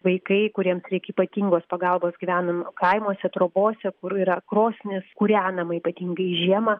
vaikai kuriems reikia ypatingos pagalbos gyvenama kaimuose trobose kur yra krosnis kūrenama ypatingai žiemą